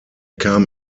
kam